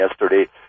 yesterday